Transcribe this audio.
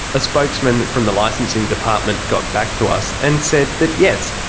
a spokesman from the licensing department got back to us, and said that yes,